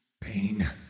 Pain